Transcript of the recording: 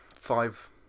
Five